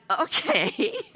okay